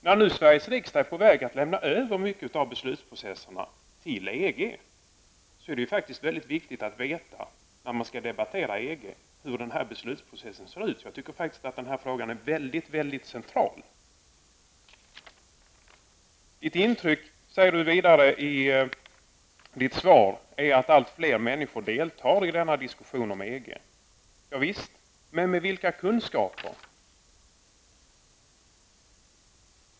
När nu Sveriges riksdag är på väg att lämna över mycket av beslutsprocessen till EG, är det viktigt att veta hur denna beslutsprocess ser ut när man skall diskutera EG-frågan. Jag tycker att den här frågan är mycket central. Utbildningsministern säger vidare i sitt svar att hans intryck är att allt fler människor deltar i diskussionen om EG. Ja, visst, men med vilka kunskaper?